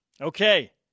Okay